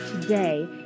today